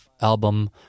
album